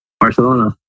Barcelona